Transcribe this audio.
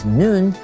noon